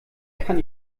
kann